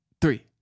three